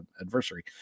adversary